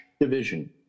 division